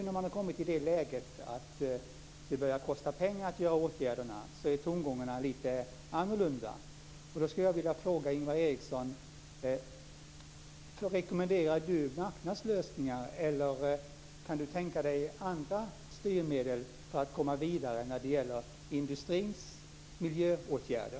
När man nu har kommit i det läget att det börjar kosta pengar att vidta åtgärderna är tongångarna lite annorlunda. Då skulle jag vilja fråga Ingvar Eriksson: Rekommenderar Ingvar Eriksson marknadslösningar, eller kan han tänka sig andra styrmedel för att komma vidare när det gäller industrins miljöåtgärder?